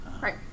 Right